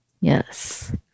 Yes